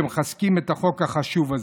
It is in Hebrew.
ומחזקים את החוק החשוב הזה.